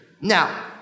Now